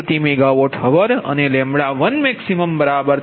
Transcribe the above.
76RsMWhr અને 1max73